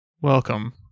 Welcome